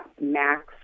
max